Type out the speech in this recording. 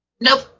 Nope